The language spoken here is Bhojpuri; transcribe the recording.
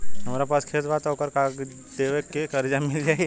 हमरा पास खेत बा त ओकर कागज दे के कर्जा मिल जाई?